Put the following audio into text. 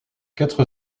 quatre